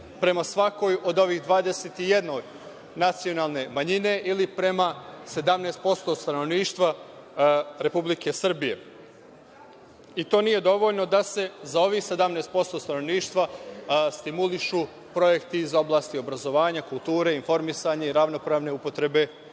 prema svakoj od ovih 21 nacionalne manjine, ili prema 17% stanovništva Republike Srbije. To nije dovoljno da se za ovih 17% stanovništva stimulišu projekti iz oblasti obrazovanja, kulture, informisanja i ravnopravne upotrebe